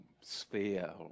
sphere